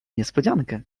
niespodziankę